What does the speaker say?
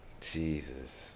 Jesus